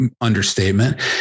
understatement